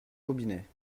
robinet